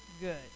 good